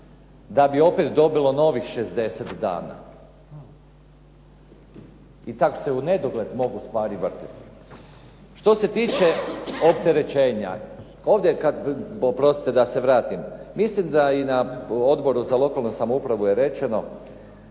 da bi opet dobilo novih 60 dana. I tako se u nedogled mogu stvari vrtjeti. Što se tiče opterećenja, ovdje kada, oprostite da se vratim, mislim da i na Odboru za lokalnu samoupravu je rečeno